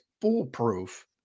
foolproof